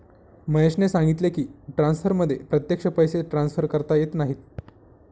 महेशने सांगितले की, ट्रान्सफरमध्ये प्रत्यक्ष पैसे ट्रान्सफर करता येत नाहीत